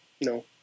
No